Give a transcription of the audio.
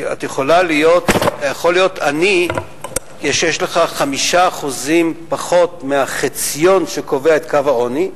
אתה יכול להיות עני כשיש לך 5% פחות מהחציון שקובע את קו העוני,